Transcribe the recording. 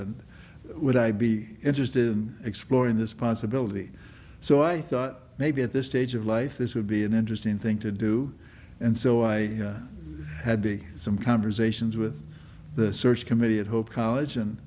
and would i be interested in exploring this possibility so i thought maybe at this stage of life this would be an interesting thing to do and so i had the some conversations with the search committee at hope college